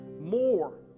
more